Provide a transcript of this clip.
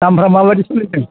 दामफ्रा माबायदि सोलिदों